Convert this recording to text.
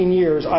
years